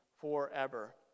forever